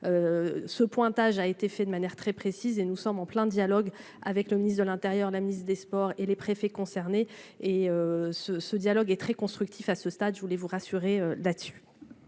ce pointage a été fait de manière très précise et nous sommes en plein dialogue avec le ministre de l'Intérieur, la ministre des Sports et les préfets concernés et ce ce dialogue et très constructif à ce stade, je voulais vous rassurer là-dessus.